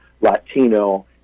Latino